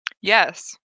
Yes